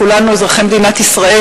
כולנו אזרחי מדינת ישראל,